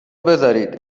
بذارید